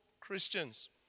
Christians